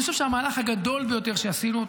אני חושב שהמהלך הגדול ביותר שעשינו,